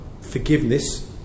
forgiveness